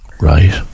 Right